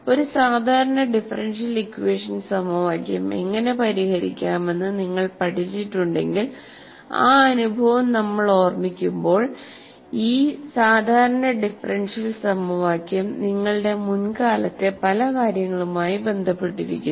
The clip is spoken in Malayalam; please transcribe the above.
ഒരു സാധാരണ ഡിഫറൻഷ്യൽ സമവാക്യം എങ്ങനെ പരിഹരിക്കാമെന്ന് നിങ്ങൾ പഠിച്ചിട്ടുണ്ടെങ്കിൽ ആ അനുഭവം നമ്മൾ ഓർമിക്കുമ്പോൾ ഈ സാധാരണ ഡിഫറൻഷ്യൽ സമവാക്യം നിങ്ങളുടെ മുൻകാലത്തെ പല കാര്യങ്ങളുമായി ബന്ധപ്പെട്ടിരിക്കുന്നു